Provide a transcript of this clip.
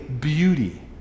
beauty